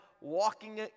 walking